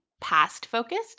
past-focused